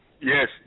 Yes